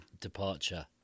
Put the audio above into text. departure